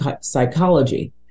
psychology